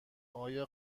آیا